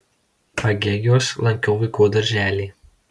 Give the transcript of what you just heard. pagėgiuos lankiau vaikų darželį